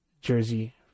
jersey